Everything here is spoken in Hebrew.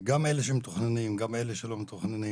גם אלה שמתוכננים וגם אלה שלא מתוכננים